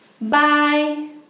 Bye